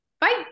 Bye